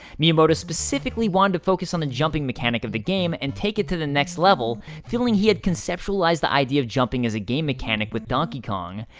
miyamoto specifically wanted to focus on the jumping mechanic of the game and take it to the next level, feeling he had conceptualized the idea of jumping as a game mechanic with donkey kong.